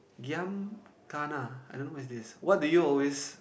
giam kana I don't know what is this what do you always